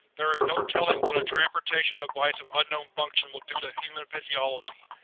there is no telling what a transportation device of unknown function will do to human physiology.